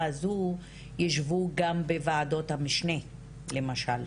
הזאת ישבו גם בוועדות המשנה למשל.